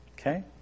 Okay